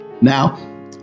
Now